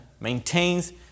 maintains